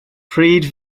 pryd